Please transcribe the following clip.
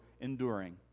enduring